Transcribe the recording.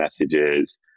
messages